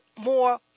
more